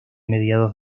mediados